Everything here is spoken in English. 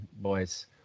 boys